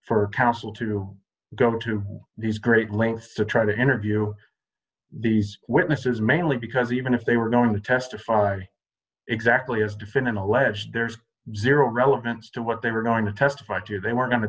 for counsel to go to these great lengths to try to interview these witnesses mainly because even if they were going to testify exactly as defendant alleged there's zero relevance to what they were going to testify to they were going to